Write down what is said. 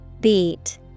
Beat